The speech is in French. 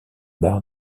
bar